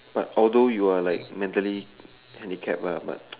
but although you are like mentally handicapped lah but